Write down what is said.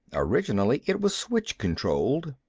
originally it was switch controlled.